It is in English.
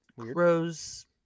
Rose